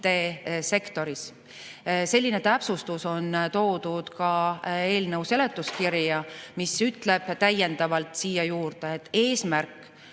IT-sektoris. Selline täpsustus on toodud ka eelnõu seletuskirjas, mis ütleb täiendavalt, et eesmärk